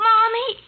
Mommy